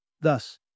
Thus